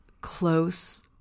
close